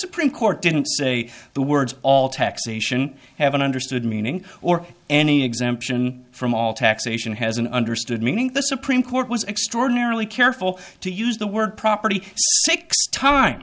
supreme court didn't say the words all taxation haven't understood meaning or any exemption from all taxation has an understood meaning the supreme court was extraordinarily careful to use the word property six time